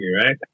Right